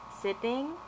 sitting